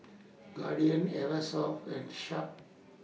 Guardian Eversoft and Sharp